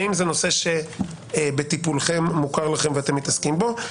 האם זה נושא שבטיפולכם, מוכר לכם ואתם מתעסקים בו?